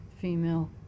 female